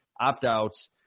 opt-outs